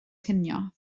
cinio